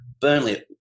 Burnley